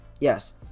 yes